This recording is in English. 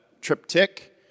triptych